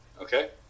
okay